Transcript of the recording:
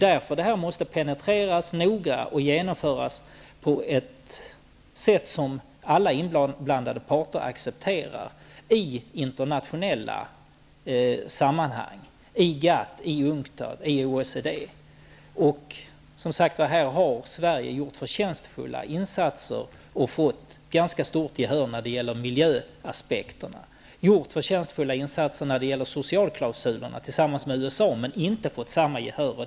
Därför måste dessa penetreras noga och genomföras på ett sätt som alla inblandade parter accepterar i internationella sammanhang -- i GATT, UNCTAD och OECD. Här har Sverige gjort förtjänstfulla insatser och fått ganska stort gehör när det gäller miljöaspekterna. Sverige har gjort förtjänstfulla insatser när det gäller socialklausulerna tillsammans med USA, men inte fått samma gehör.